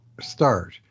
start